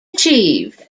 achieved